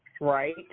Right